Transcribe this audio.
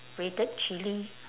grated chilli